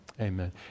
Amen